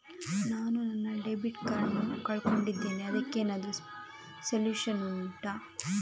ನಾನು ನನ್ನ debit card ನ್ನು ಕಳ್ಕೊಂಡಿದ್ದೇನೆ ಅದಕ್ಕೇನಾದ್ರೂ ಸೊಲ್ಯೂಷನ್ ಉಂಟಾ